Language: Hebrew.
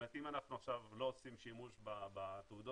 אם אנחנו עכשיו לא עושים שימוש בתעודות